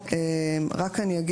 אני אומר